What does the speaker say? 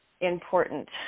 important